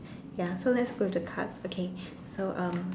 ya so let's go to cards okay so um